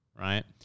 right